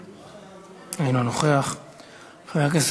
הביטו,